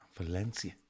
Valencia